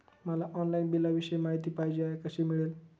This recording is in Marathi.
मला ऑनलाईन बिलाविषयी माहिती पाहिजे आहे, कशी मिळेल?